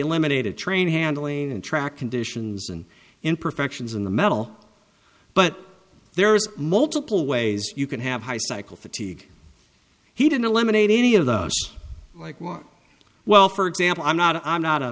eliminated train handling and track conditions and in perfections in the metal but there is multiple ways you can have high cycle fatigue he didn't eliminate any of those like work well for example i'm not i'm not a